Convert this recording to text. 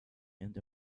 and